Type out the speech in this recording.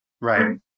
Right